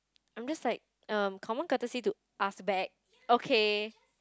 I'm just like um common courtesy to ask back okay